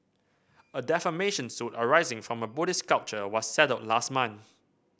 a defamation suit arising from a Buddhist sculpture was settled last month